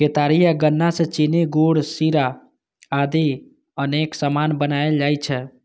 केतारी या गन्ना सं चीनी, गुड़, शीरा आदि अनेक सामान बनाएल जाइ छै